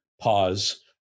Pause